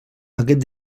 aquest